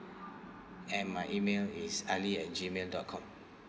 and my email is ali at gmail dot com